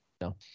No